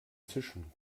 tischen